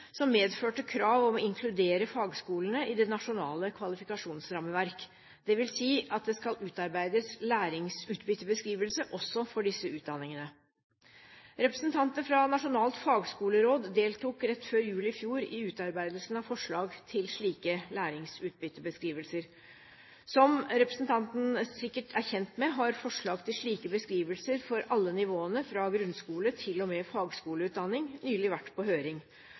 som medførte krav om å inkludere fagskolene i det nasjonale kvalifikasjonsrammeverk, dvs. at det skal utarbeides læringsutbyttebeskrivelse også for disse utdanningene. Representanter fra Nasjonalt fagskoleråd deltok rett før jul i fjor i utarbeidelsen av forslag til slike læringsutbyttebeskrivelser. Som representanten sikkert er kjent med, har forslag til slike beskrivelser for alle nivåene fra grunnskole til og med fagskoleutdanning nylig vært på høring.